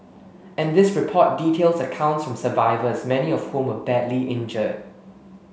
and this report details accounts from survivors many of whom were badly injured